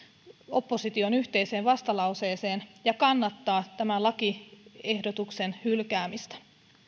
opposition yhteiseen vastalauseeseen ja kannattaa tämän lakiehdotuksen hylkäämistä